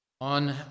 On